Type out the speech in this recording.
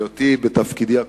בהיותי בתפקידי הקודם,